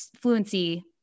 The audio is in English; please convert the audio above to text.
fluency